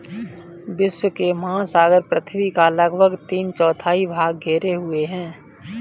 विश्व के महासागर पृथ्वी का लगभग तीन चौथाई भाग घेरे हुए हैं